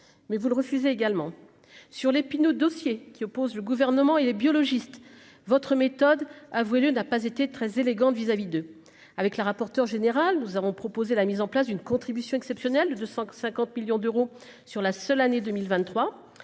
mais vous le refusez également sur l'épineux dossier qui oppose le gouvernement et les biologistes votre méthode avouez lieu n'a pas été très élégante vis à vis de avec le rapporteur général, nous avons proposé la mise en place d'une contribution exceptionnelle de 150 millions d'euros sur la seule année 2023